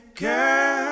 girl